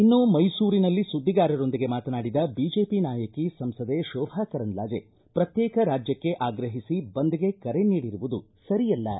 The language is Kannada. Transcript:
ಇನ್ನು ಮೈಸೂರಿನಲ್ಲಿ ಸುದ್ದಿಗಾರರೊಂದಿಗೆ ಮಾತನಾಡಿದ ಬಿಜೆಪಿ ನಾಯಕಿ ಸಂಸದೆ ಶೋಭಾ ಕರಂದ್ಲಾಜೆ ಪ್ರತ್ಯೇಕ ರಾಜ್ಯಕ್ಕೆ ಆಗ್ರಹಿಸಿ ಬಂದ್ಗೆ ಕರೆ ನೀಡಿರುವುದು ಸರಿಯಲ್ಲ ಎಂದಿದ್ದಾರೆ